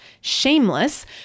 shameless